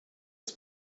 das